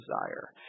desire